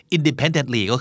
Independently